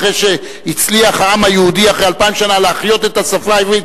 אחרי שהצליח העם היהודי אחרי אלפיים שנה להחיות את השפה העברית,